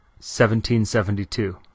1772